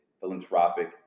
philanthropic